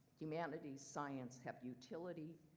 humanities, science have utility.